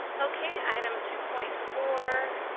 okay item two point four